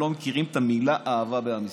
הם לא מכירים את המילה "אהבה" בעם ישראל.